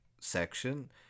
section